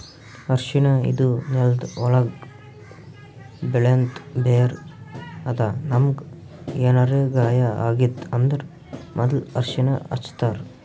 ಅರ್ಷಿಣ ಇದು ನೆಲ್ದ ಒಳ್ಗ್ ಬೆಳೆಂಥ ಬೇರ್ ಅದಾ ನಮ್ಗ್ ಏನರೆ ಗಾಯ ಆಗಿತ್ತ್ ಅಂದ್ರ ಮೊದ್ಲ ಅರ್ಷಿಣ ಹಚ್ತಾರ್